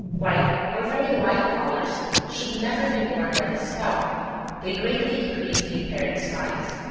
white, or very light colors, should never be worn by the stout they greatly increase the apparent size.